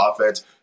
offense